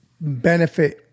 benefit